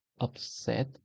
upset